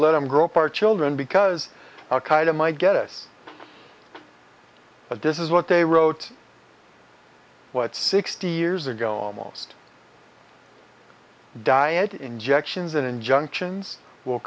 let him grow up our children because al qaeda might get us but this is what they wrote what sixty years ago almost die and injections and injunctions will